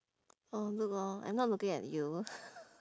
oh look lor I'm not looking at you